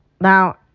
Now